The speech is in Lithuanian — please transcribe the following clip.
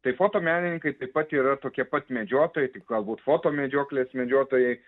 tai fotomenininkai taip pat yra tokie pat medžiotojai tik galbūt fotomedžioklės medžiotojai